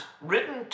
written